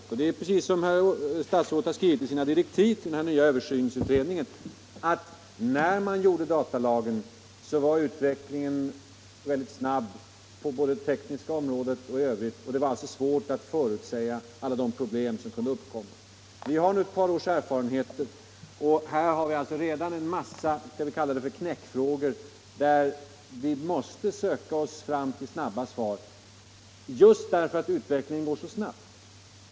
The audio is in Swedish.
Det förhåller sig precis som statsrådet har skrivit i sina direktiv till den nya översynsutredningen: när man gjorde datalagen var utvecklingen väldigt snabb både på det tekniska området och i övrigt, och det var alltså svårt att förutsäga alla de problem som kunde uppkomma. Vi har nu ett par års erfarenheter, och här har vi alltså redan en massa ”knäckfrågor”, där vi måste söka oss fram till snabba svar, just därför att utvecklingen går så snabbt.